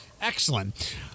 Excellent